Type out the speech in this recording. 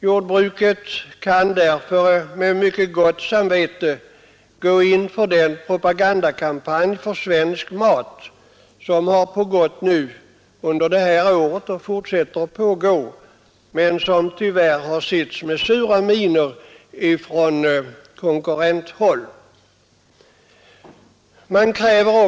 Jordbruket kan därför med mycket gott samvete gå in för den propagandakampanj för svensk mat som pågått under det här året och som fortsätter men som tyvärr orsakat sura miner på konkurrenthåll.